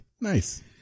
Nice